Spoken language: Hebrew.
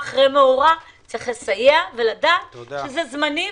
צריך לסייע ולדעת שזה זמני,